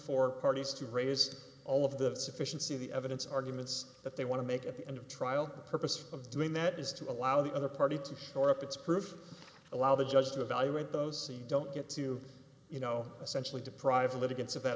for parties to raise all of the sufficiency of the evidence arguments that they want to make at the end of trial the purpose of doing that is to allow the other party to shore up its proof allow the judge to evaluate those so you don't get to you know essentially deprive litigants of that